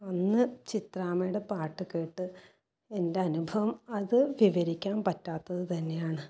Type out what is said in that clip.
അന്ന് ചിത്രാമ്മയുടെ പാട്ട് കേട്ട് എൻ്റെ അനുഭവം അത് വിവരിക്കാൻ പറ്റാത്തത് തന്നെയാണ്